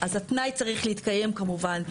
אז התנאי צריך להתקיים כמובן,